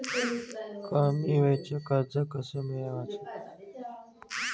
कमी वेळचं कर्ज कस मिळवाचं?